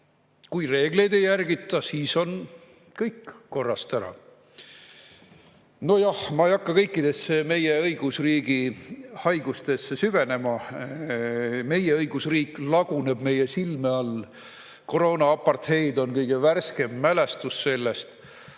Kui reegleid ei järgita, siis on kõik korrast ära." Nojah, ma ei hakka kõikidesse meie õigusriigi haigustesse süvenema. Meie õigusriik laguneb meie silme all. Koroonaapartheid on kõige värskem mälestus sellest.